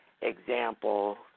example